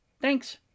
Thanks